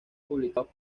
publicados